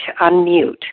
unmute